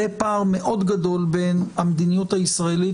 פער מאוד גדול בין המדיניות הישראלית